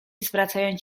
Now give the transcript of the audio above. zwracając